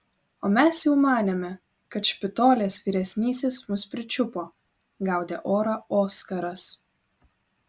o mes jau manėme kad špitolės vyresnysis mus pričiupo gaudė orą oskaras